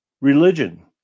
Religion